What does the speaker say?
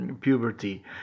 puberty